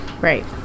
Right